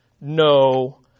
no